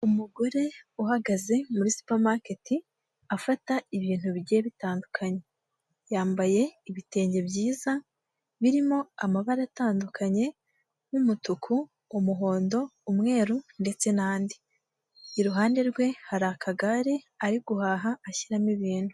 Umugore uhagaze muri supermarket afata ibintu bigiye bitandukanye. Yambaye ibitenge byiza birimo amabara atandukanye nk'umutuku, umuhondo, umweru ndetse n'andi. Iruhande rwe hari akagare ari guhaha ashyiramo ibintu.